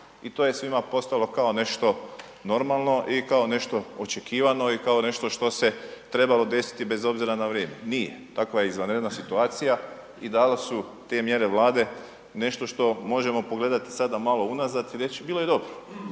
I to je svima postalo kao nešto normalno i kao nešto očekivano i kao nešto što se trebalo desiti bez obzira na vrijeme. Nije, takva je izvanredna situacija i dali su te mjere Vlade nešto što možemo pogledati sad malo unazad i reći, bilo je dobro.